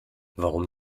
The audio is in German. warum